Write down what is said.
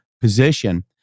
position